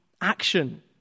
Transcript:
action